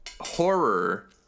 horror